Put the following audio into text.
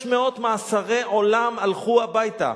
600 מאסרי עולם הלכו הביתה.